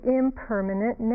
impermanent